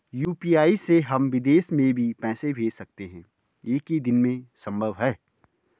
UPI से हम विदेश में भी पैसे भेज सकते हैं एक ही दिन में संभव है?